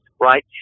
right